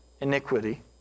iniquity